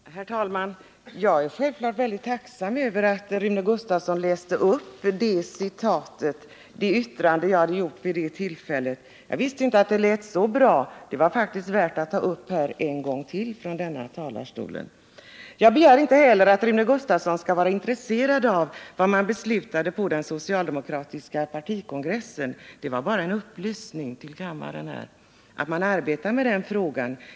Herr talman! Jag är självfallet mycket tacksam över att Rune Gustavsson läste upp det yttrande som jag gjorde vid det nämnda tillfället. Jag visste inte att det lät så bra. Det var faktiskt värt att bli upprepat från denna talarstol. Jag begär inte att Rune Gustavsson skall vara intresserad av vad som beslutades på den socialdemokratiska partikongressen. Jag lämnade bara en upplysning till kammarens ledamöter om att socialdemokraterna arbetar med den frågan.